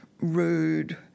rude